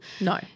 No